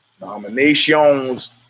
Nominations